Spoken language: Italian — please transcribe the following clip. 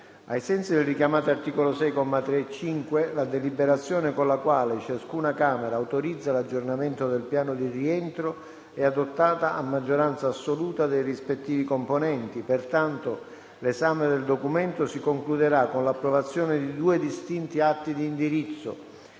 Ai sensi del richiamato articolo 6, commi 3 e 5, la deliberazione con la quale ciascuna Camera autorizza l'aggiornamento del piano di rientro è adottata a maggioranza assoluta dei rispettivi componenti. Pertanto, l'esame del documento si concluderà con l'approvazione di due distinti atti di indirizzo: